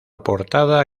portada